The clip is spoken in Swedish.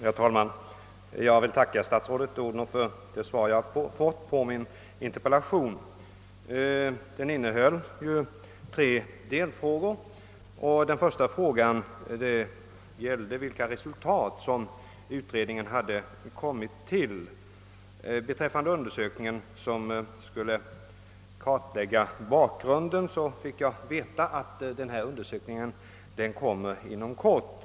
Herr talman! Jag tackar statsrådet Odhnoff för det svar som jag fått på min interpellation. Den innehöll tre delfrågor. Den första gällde vilka resultat som undersökningen hade kommit fram till. Beträffande kartläggningen av bakgrunden fick jag veta att den undersökningen skall redovisas inom kort.